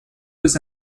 was